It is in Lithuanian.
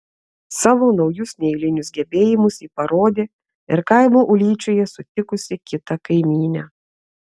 savo naujus neeilinius gebėjimus ji parodė ir kaimo ūlyčioje sutikusi kitą kaimynę